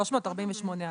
348(א).